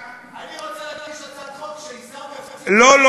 אני רוצה להגיש הצעת חוק שעיסאווי יפסיק לדבר על כיבוש.